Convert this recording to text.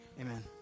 Amen